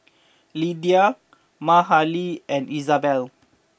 Lidia Mahalie and Izabella